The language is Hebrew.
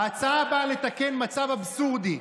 ההצעה באה לתקן מצב אבסורדי,